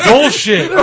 bullshit